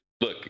Look